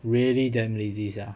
really damn lazy sia